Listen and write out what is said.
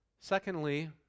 Secondly